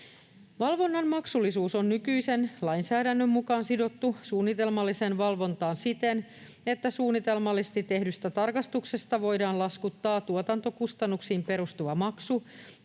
Valvonnan maksullisuus on nykyisen lainsäädännön mukaan sidottu suunnitelmalliseen valvontaan siten, että suunnitelmallisesti tehdystä tarkastuksesta voidaan laskuttaa tuotantokustannuksiin perustuva maksu